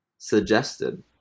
suggested